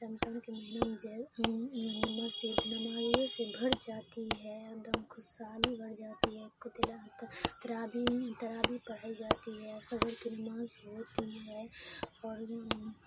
رمضان کے مہینہ میں نمازیوں سے بھر جاتی ہے ایک دم خو حالی بڑھ جاتی ہے ترابی ترابی پڑھائی جاتی ہے فجر کی نماز ہوتی ہے اور